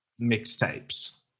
mixtapes